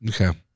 okay